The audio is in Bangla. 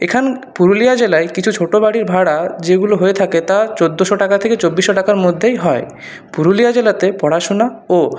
এখান পুরুলিয়া জেলায় কিছু ছোট বাড়ি ভাড়া যেগুলো হয়ে থাকে তা চোদ্দোশো টাকা থেকে চব্বিশশো টাকার মধ্যেই হয় পুরুলিয়া জেলাতে পড়াশোনা ও